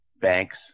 Banks